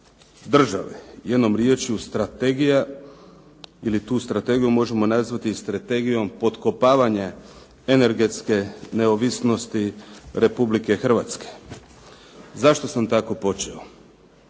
države. Jednom riječju strategija ili tu strategiju možemo nazvati strategijom potkopavanja energetske neovisnosti Republike Hrvatske. Zašto sam tako počeo?